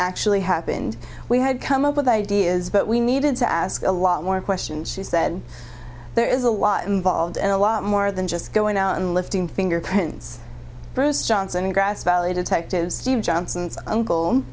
actually happened we had come up with ideas but we needed to ask a lot more questions she said there is a lot involved and a lot more than just going out and lifting fingerprints bruce johnson grass valley detectives steve johnson's uncle